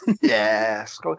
Yes